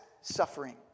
suffering